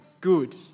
good